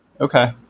Okay